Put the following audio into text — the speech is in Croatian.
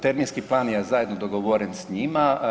Terminski plan je zajedno dogovoren sa njima.